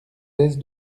aise